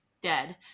dead